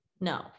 no